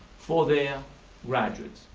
for their graduates.